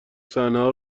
صحنه